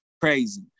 crazy